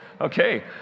Okay